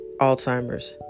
alzheimer's